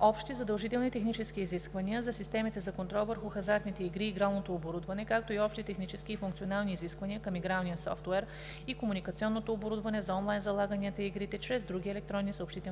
общи задължителни технически изисквания за системите за контрол върху хазартните игри и игралното оборудване, както и общи технически и функционални изисквания към игралния софтуер и комуникационното оборудване за онлайн залаганията и игрите чрез други електронни съобщителни